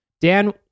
Dan